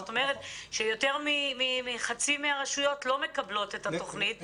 זאת אומרת שיותר מחצי מהרשויות לא מקבלות את התוכנית,